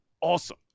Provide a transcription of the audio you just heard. awesome